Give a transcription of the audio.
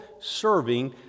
serving